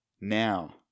now